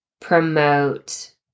promote